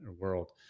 world